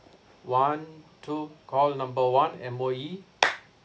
one two call number one M_O_E